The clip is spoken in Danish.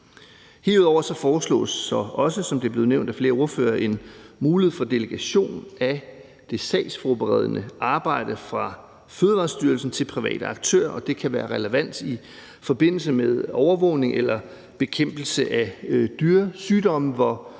flere ordførere, en mulighed for delegation af det sagsforberedende arbejde fra Fødevarestyrelsen til private aktører, og det kan være relevant i forbindelse med overvågning eller bekæmpelse af dyresygdomme,